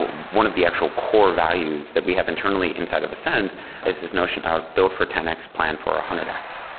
one of the actual core values that we have internally inside of ascend is this notion of built for ten x plan for one ah hundred x.